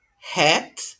hat